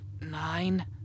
nine